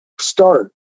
start